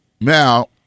Now